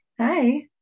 Hi